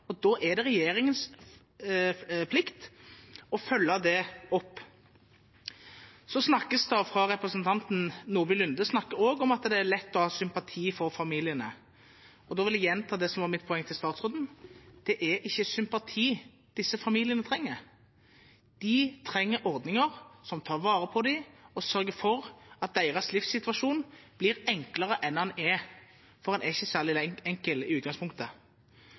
og da er det regjeringens plikt å følge det opp. Representanten Nordby Lunde snakker også om at det er lett å ha sympati med familiene. Da vil jeg gjenta det som var mitt poeng til statsråden: Det er ikke sympati disse familiene trenger, de trenger ordninger som tar vare på dem og sørger for at deres livssituasjon blir enklere enn den er, for den er ikke særlig enkel i utgangspunktet.